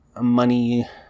money